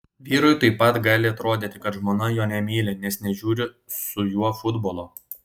vyrui taip pat gali atrodyti kad žmona jo nemyli nes nežiūri su juo futbolo